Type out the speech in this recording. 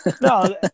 No